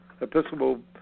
Episcopal